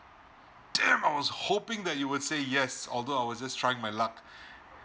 damn I was hoping that you would say yes although I was just trying my luck